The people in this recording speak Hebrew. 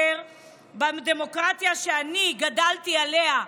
בדמוקרטיה שאני גדלתי עליה,